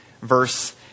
verse